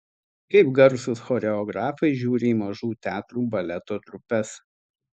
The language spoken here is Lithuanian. kaip garsūs choreografai žiūri į mažų teatrų baleto trupes